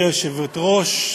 גברתי היושבת-ראש,